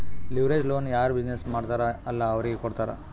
leverage loan ಯಾರ್ business ಮಾಡ್ತಾರ್ ಅಲ್ಲಾ ಅವ್ರಿಗೆ ಕೊಡ್ತಾರ್